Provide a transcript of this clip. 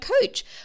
coach